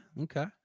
okay